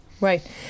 Right